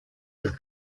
are